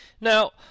Now